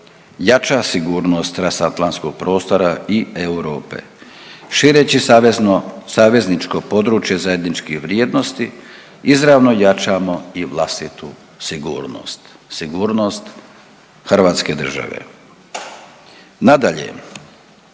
jača sigurnost transatlantskog prostora i Europe. Šireći savezno, savezničko područje zajedničkih vrijednosti izravno jačamo i vlastitu sigurnost, sigurnost hrvatske države. Nadalje,